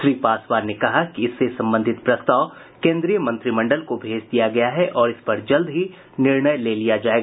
श्री पासवान ने कहा कि इससे संबंधित प्रस्ताव केन्द्रीय मंत्रिमंडल को भेज दिया गया है और इस पर जल्द ही निर्णय ले लिया जाएगा